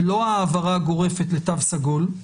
לא העברה גורפת לתו סגול,